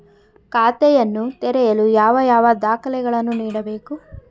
ಖಾತೆಯನ್ನು ತೆರೆಯಲು ಯಾವ ಯಾವ ದಾಖಲೆಗಳನ್ನು ನೀಡಬೇಕು?